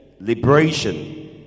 liberation